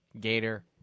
Gator